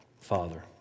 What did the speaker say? Father